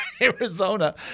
Arizona